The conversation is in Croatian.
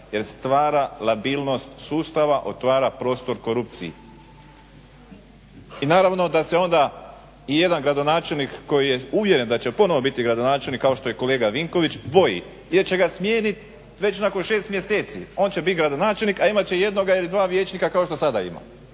jer stvara labilnost sustava, otvara prostor korupciji. I naravno da se onda i jedan gradonačelnik koji je uvjeren da će ponovo biti gradonačelnik kao što je kolega Vinković boji, jer će ga smijeniti već nakon 6 mjeseci, on će bit gradonačelnik a imat će jednoga ili dva vijećnika kao što sada ima,